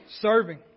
serving